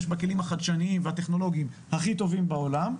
בכלים החדשניים והטכנולוגיים הכי טובים בעולם.